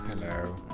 Hello